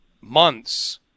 months